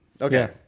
Okay